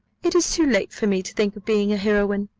it is too late for me to think of being a heroine,